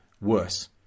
worse